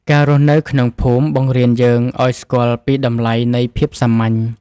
ការរស់នៅក្នុងភូមិបង្រៀនយើងឱ្យស្គាល់ពីតម្លៃនៃភាពសាមញ្ញ។